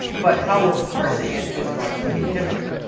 but how we're parsing it is going to be different.